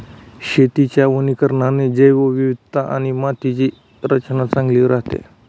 शेतीच्या वनीकरणाने जैवविविधता आणि मातीची रचना चांगली राहते